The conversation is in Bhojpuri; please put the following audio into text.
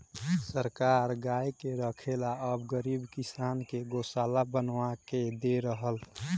सरकार गाय के रखे ला अब गरीब किसान के गोशाला बनवा के दे रहल